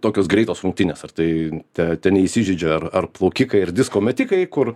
tokios greitos rungtynės ar tai te te neįsižeidžia ar plaukikai ir disko metikai kur